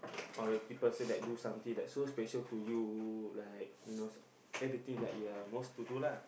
or this person that do something that so special to you like you know everything like you are most to do lah